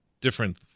different